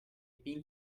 pin